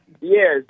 Yes